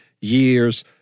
years